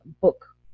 book